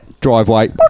Driveway